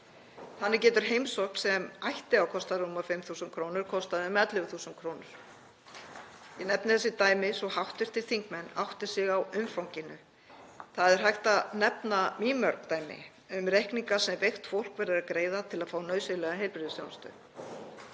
Þannig getur heimsókn sem ætti að kosta rúmar 5.000 kr. kostað um 11.000 kr. Ég nefni þessi dæmi svo hv. þingmenn átti sig á umfanginu. Það er hægt að nefna mýmörg dæmi um reikninga sem veikt fólk verður að greiða til að fá nauðsynlega heilbrigðisþjónustu.